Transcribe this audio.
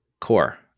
core